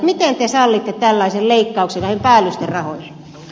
miten te sallitte tällaisen leikkauksen näihin päällysterahoihin